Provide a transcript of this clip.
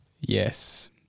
Yes